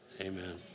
amen